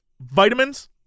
vitamins